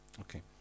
Okay